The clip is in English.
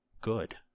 good